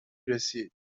رسید